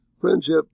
friendship